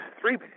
three